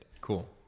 Cool